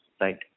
Right